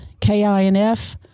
KINF